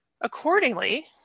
Accordingly